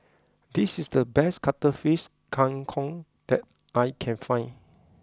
this is the best cuttlefish Kang Kong that I can find